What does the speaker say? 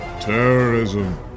terrorism